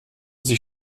sich